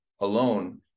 alone